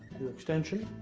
extension,